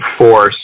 force